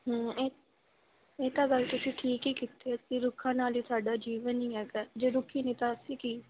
ਹੂੰ ਇ ਇਹ ਤਾਂ ਗੱਲ ਤੁਸੀਂ ਠੀਕ ਹੀ ਕੀਤੀ ਹੈ ਅਸੀਂ ਰੁੱਖਾਂ ਨਾਲ ਹੀ ਸਾਡਾ ਜੀਵਨ ਹੀ ਹੈਗਾ ਜੇ ਰੁੱਖੀ ਨਹੀਂ ਤਾਂ ਅਸੀਂ ਕੀ